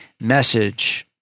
message